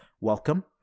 welcome